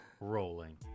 rolling